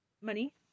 money